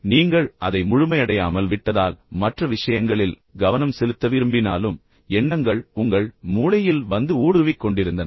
நீங்கள் அதை முழுமையடையாமல் விட்டதால் மற்ற விஷயங்களில் கவனம் செலுத்த விரும்பினாலும் எண்ணங்கள் உங்கள் மூளையில் வந்து ஊடுருவிக் கொண்டிருந்தன